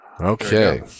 okay